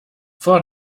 vor